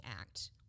Act